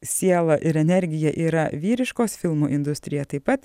siela ir energija yra vyriškos filmų industrija taip pat